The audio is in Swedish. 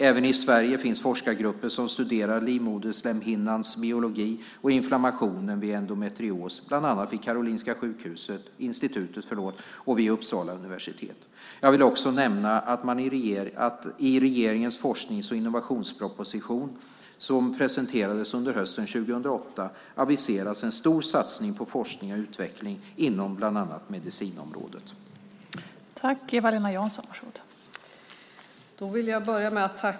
Även i Sverige finns forskargrupper som studerar livmoderslemhinnans biologi och inflammationen vid endometrios, bland annat vid Karolinska Institutet och vid Uppsala universitet. Jag vill också nämna att i regeringens forsknings och innovationsproposition, Ett lyft för forskning och innovation , 2008/09:50, som presenterades under hösten 2008, aviseras en stor satsning på forskning och utveckling inom bland annat medicinområdet.